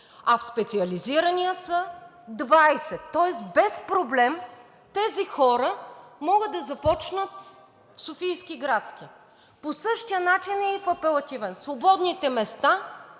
а в Специализирания са 20, тоест без проблем тези хора могат да започнат в Софийския градски съд. По същия начин е и в Апелативния – свободните места